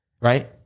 right